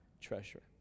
treasure